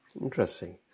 Interesting